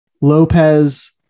Lopez